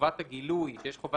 בחובת הגילוי לפי